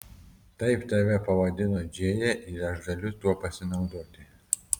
taip tave pavadino džėja ir aš galiu tuo pasinaudoti